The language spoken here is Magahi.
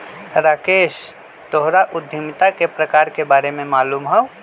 राकेश तोहरा उधमिता के प्रकार के बारे में मालूम हउ